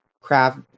craft